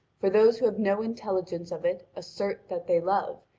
for those who have no intelligence of it assert that they love,